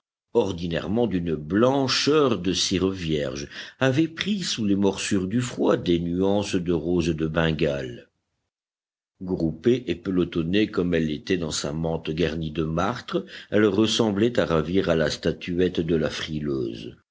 ordinairement d'une blancheur de cire vierge avait pris sous les morsures du froid des nuances de roses de bengale groupée et pelotonnée comme elle était dans sa mante garnie de martre elle ressemblait à ravir à la statuette de la frileuse